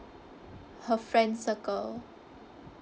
her friend circle